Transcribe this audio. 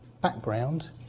background